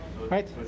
Right